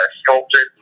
sculpted